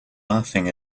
laughing